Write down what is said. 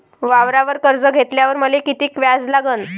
वावरावर कर्ज घेतल्यावर मले कितीक व्याज लागन?